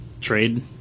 trade